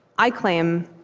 i claim,